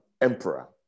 emperor